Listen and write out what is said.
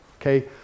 Okay